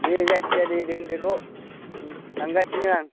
दे जायखिजाया दे दोनदोल' थांगासिनो आं